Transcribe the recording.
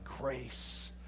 grace